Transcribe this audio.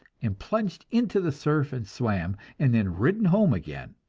and plunged into the surf and swam, and then ridden home again.